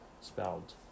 spelled